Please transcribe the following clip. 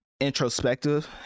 introspective